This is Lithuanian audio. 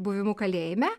buvimu kalėjime